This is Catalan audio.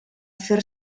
fer